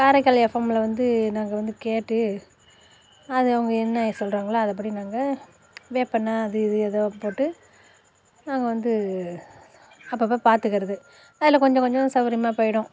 காரைக்கால் எஃப்எம்மில் வந்து நாங்கள் வந்து கேட்டு அது அவங்க என்ன சொல்கிறாங்களோ அதுபடி நாங்கள் வேப்பண்ணெய் அது இது எதோ போட்டு நாங்கள் வந்து அப்பப்போ பார்த்துக்கறது அதில் கொஞ்ச கொஞ்ச சௌகரியமா போயிடும்